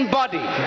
body